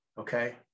okay